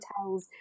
hotels